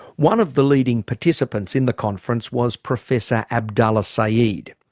one of the leading participants in the conference was professor abdullah saeed.